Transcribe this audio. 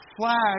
flag